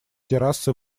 террасы